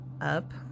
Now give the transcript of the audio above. up